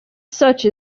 such